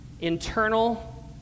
internal